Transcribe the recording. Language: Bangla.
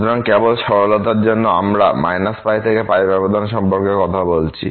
সুতরাং কেবল সরলতার জন্য আমরা থেকে ব্যবধান সম্পর্কে কথা বলছি